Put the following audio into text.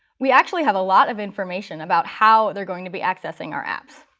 we actually have a lot of information about how they're going to be accessing our apps.